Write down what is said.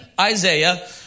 Isaiah